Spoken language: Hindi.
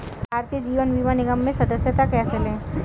भारतीय जीवन बीमा निगम में सदस्यता कैसे लें?